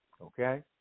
Okay